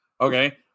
Okay